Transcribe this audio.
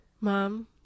mom